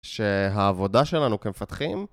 שהעבודה שלנו כמפתחים.